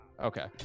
Okay